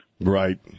Right